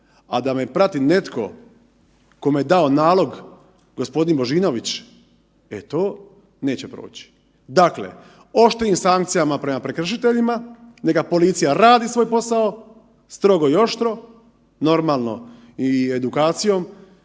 A da me prati netko kome je dao nalog g. Božinović, e to neće proći. Dakle, oštrim sankcijama prema prekršiteljima, neka policija radi svoj posao, strogo i oštro, normalno i edukacijom